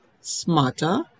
smarter